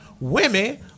Women